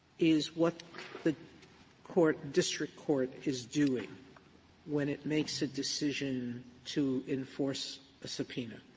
is what the court, district court is doing when it makes a decision to enforce a subpoena?